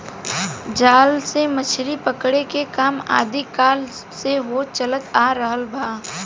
जाल से मछरी पकड़े के काम आदि काल से होत चलत आ रहल बा